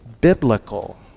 biblical